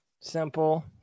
simple